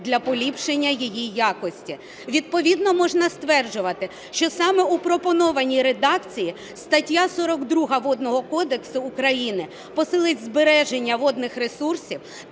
для поліпшення її якості. Відповідно можна стверджувати, що саме у пропонованій редакції стаття 42 Водного кодексу України посилить збереження водних ресурсів